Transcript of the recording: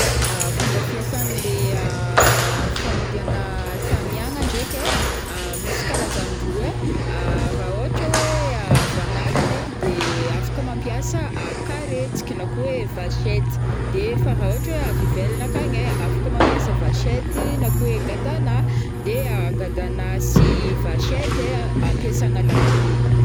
Fomba fiasan'le famodiagna tamiagna ndraiky e, misy karazany roa e, raha ôhatra hoe avy agnatiny de afaka mampiasa karetsaka na koa vachety de fa raha ohatra hoe avy ivelagny ankagny de afaka mampiasa vachety na gadana de gadana sy vachety e ampiasagna lakile.